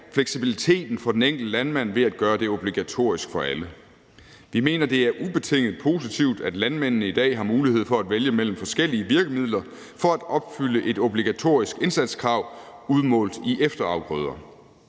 fleksibiliteten for den enkelte landmand ved at gøre det obligatorisk for alle. Vi mener, at det er ubetinget positivt, at landmændene i dag har mulighed for at vælge mellem forskellige virkemidler for at opfylde et obligatorisk indsatskrav udmålt i efterafgrøder.